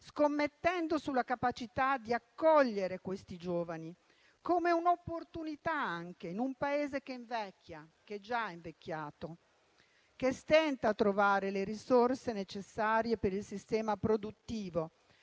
scommettendo sulla capacità di accogliere questi giovani, come un'opportunità in un Paese che invecchia, che è già invecchiato, che stenta a trovare le risorse necessarie per il sistema produttivo,